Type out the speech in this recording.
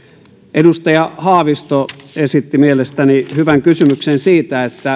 edustaja haavisto esitti mielestäni hyvän kysymyksen siitä